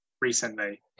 recently